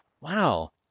Wow